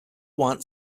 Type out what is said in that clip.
want